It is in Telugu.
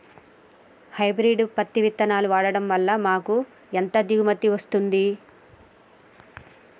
హైబ్రిడ్ పత్తి విత్తనాలు వాడడం వలన మాకు ఎంత దిగుమతి వస్తుంది?